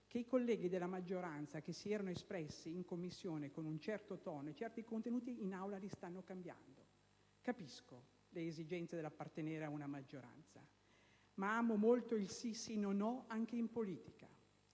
che i colleghi della maggioranza che si erano espressi in Commissione con un certo tono e certi contenuti, in Aula li stanno cambiando. Capisco le esigenze dell'appartenere ad una maggioranza, ma amo molto il «sì sì, no no» anche in politica,